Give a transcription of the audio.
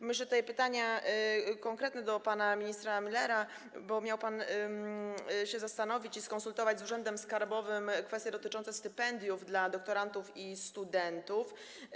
Mam jeszcze konkretne pytania do pana ministra Müllera, bo miał pan się zastanowić i skonsultować z urzędem skarbowym kwestie dotyczące stypendiów dla doktorantów i studentów.